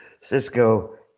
Cisco